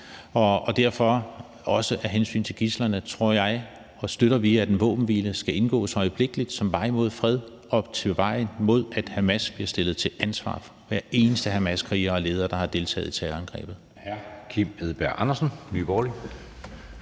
støtter vi, også af hensyn til gidslerne, at en våbenhvile skal indgås øjeblikkelig som vej mod fred og som vej mod, at Hamas bliver stillet til ansvar, og det gælder hver eneste Hamaskriger og -leder, der har deltaget i terrorangrebet.